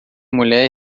mulher